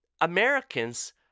Americans